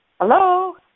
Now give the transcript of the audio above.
Hello